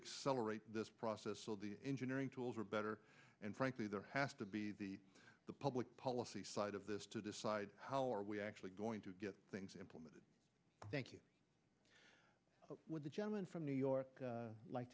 accelerate this process so the engineering tools are better and frankly there has to be the public policy side of this to decide how are we actually going to get things implemented thank you with the gentleman from new york like